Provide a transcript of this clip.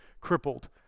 crippled